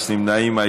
יעל גרמן,